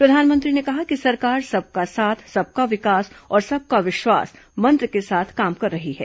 प्रधानमंत्री ने कहा कि सरकार सबका साथ सबका विकास और सबका विश्वास मंत्र के साथ काम कर रही है